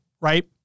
right